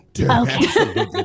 Okay